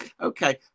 Okay